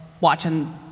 watching